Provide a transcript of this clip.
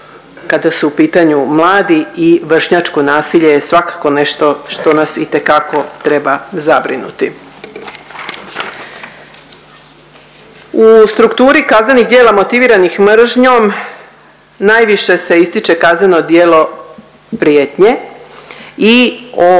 kada su u pitanju mladi i vršnjačko nasilje je svakako nešto što nas itekako treba zabrinuti. U strukturi kaznenih djela motiviranih mržnjom, najviše se ističe kazneno djelo prijetnje i o